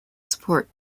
support